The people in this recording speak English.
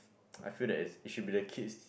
I feel that is it should be the kids